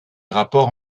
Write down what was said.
rapports